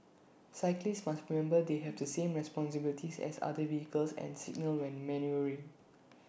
cyclists must remember they have the same responsibilities as other vehicles and signal when manoeuvring